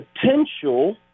potential